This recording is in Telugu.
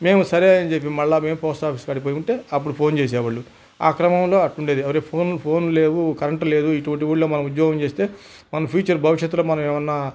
మేము సరే అని చెప్పి మరల మేము పోస్ట్ ఆఫీస్ కాడికి పోయి ఉంటే అప్పుడు ఫోన్ చేసే వాళ్ళు ఆ క్రమంలో అట్టుండేది వరే ఫోన్లు ఫోనులు లేవు కరెంట్ లేవు ఇటువంటి ఊళ్ళో మనం ఉద్యోగం చేస్తే మనం ఫ్యూచర్ భవిష్యత్తులో మనం ఏమన్నా